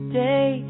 day